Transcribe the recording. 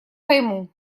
пойму